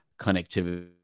connectivity